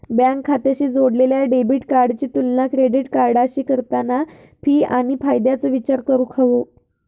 bank खात्याशी जोडलेल्या debit कार्डाची तुलना क्रेडिट कार्डाशी करताना फी आणि फायद्याचो विचार करूक हवो